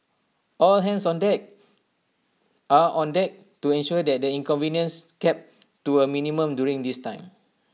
all hands on deck are on deck to ensure that the inconvenience kept to A minimum during this time